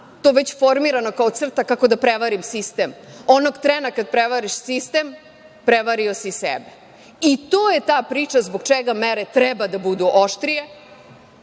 to već formirano kao crta kako da prevarim sistem. Onog trena kad prevariš sistem, prevario si sebe. To je ta priča zbog čega mere treba da budu oštrije,